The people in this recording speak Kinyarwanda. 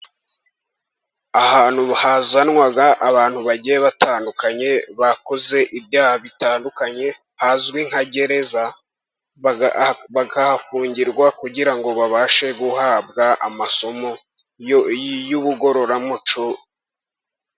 Ahantu hazanwa abantu bagiye batandukanye bakoze ibyaha bitandukanye hazwi nka gereza, bakahafungirwa kugira ngo babashe guhabwa amasomo y'ubugororamuco.